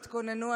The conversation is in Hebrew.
תתכוננו,